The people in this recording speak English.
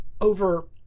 over